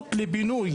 אפשרות לבינוי,